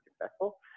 successful